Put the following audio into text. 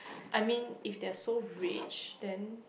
I mean if they are so rich then